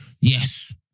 yes